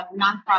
nonprofit